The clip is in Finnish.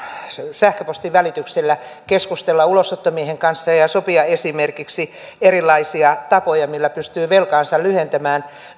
sähköpostin välityksellä keskustella ulosottomiehen kanssa ja ja sopia esimerkiksi erilaisia tapoja millä pystyy velkaansa lyhentämään